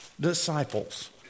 disciples